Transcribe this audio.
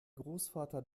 großvater